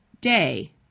day